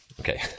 Okay